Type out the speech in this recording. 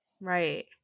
Right